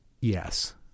yes